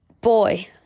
Boy